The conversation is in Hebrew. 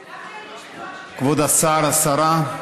כבוד השר, השרה,